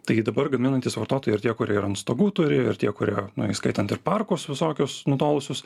taigi dabar gaminantys vartotojai ir tie kurie ir ant stogų turi ir tie kurie na įskaitant ir parkus visokius nutolusius